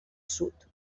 sud